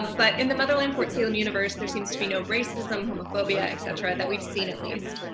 but in the motherland fort salem universe, there seems to be no racism, homophobia, etc. that we've seen, at least.